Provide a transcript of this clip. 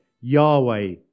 Yahweh